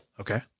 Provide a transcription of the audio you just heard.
Okay